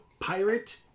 pirate